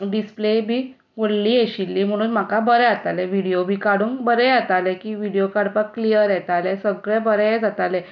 display बी व्हडली आशिल्ली म्हणून म्हाका बरें जातालें विडिओ बी काडूंक बरें जातालें की विडियो काडपाक क्लियर येतालें सगले बरें जातालें